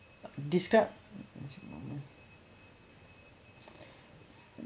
describe embarrassing moment